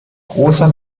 großer